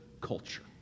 culture